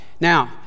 Now